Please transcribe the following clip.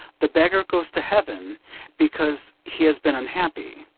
the beggar goes to heaven because he has been unhappy.